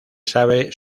sabe